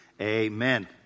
amen